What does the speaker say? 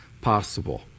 possible